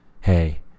hey